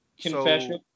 Confession